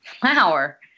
flower